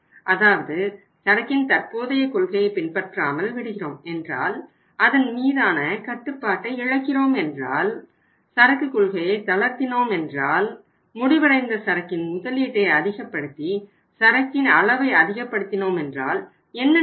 அதாவது சரக்கின் தற்போதைய கொள்கையை பின்பற்றாமல் விடுகிறோம் என்றால் அதன் மீதான கட்டுப்பாட்டை இழக்கிறோம் என்றால் சரக்கு கொள்கையை தளர்த்தினோம் என்றால் முடிவடைந்த சரக்கின் முதலீட்டை அதிகபடுத்தி சரக்கின் அளவை அதிகபடுத்தினோம் என்றால் என்ன நடக்கும்